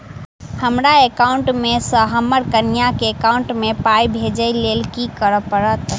हमरा एकाउंट मे सऽ हम्मर कनिया केँ एकाउंट मै पाई भेजइ लेल की करऽ पड़त?